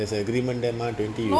there's an agreement mar twenty